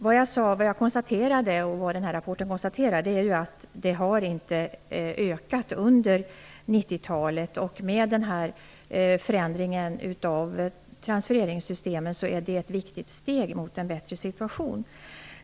Vad jag konstaterade, som också konstateras i den här rapporten, är att de inte har ökat under 90-talet. Den här förändringen av transfereringssystemen är ett viktigt steg mot en bättre situation.